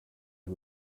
who